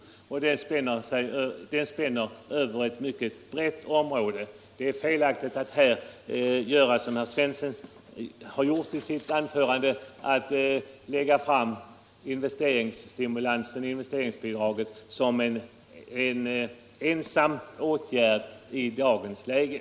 Stimulansåtgärderna spänner över ett mycket brett område. Det är således felaktigt att, såsom herr Svensson gjorde i sitt anförande, framhålla investeringsbidragen och investeringsavdragen som den enda åtgärd som vidtas i dagens läge.